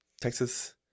texas